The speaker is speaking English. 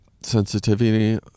sensitivity